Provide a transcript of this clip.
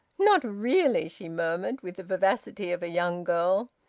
not really? she murmured, with the vivacity of a young girl.